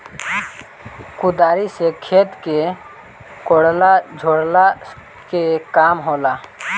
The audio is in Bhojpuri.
कुदारी से खेत के कोड़ला झोरला के काम होला